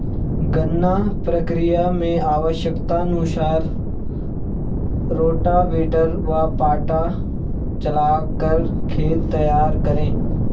गन्ना प्रक्रिया मैं आवश्यकता अनुसार रोटावेटर व पाटा चलाकर खेत तैयार करें